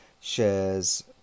shares